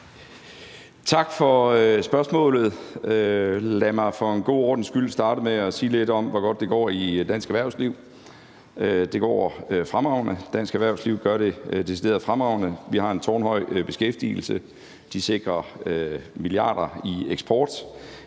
Tak for spørgsmålet. Lad mig for en god ordens skyld starte med at sige lidt om, hvor godt det går i dansk erhvervsliv. Det går fremragende. Dansk erhvervsliv gør det decideret fremragende. Vi har en tårnhøj beskæftigelse. De sikrer milliarder i eksport